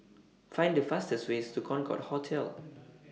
Find The fastest ways to Concorde Hotel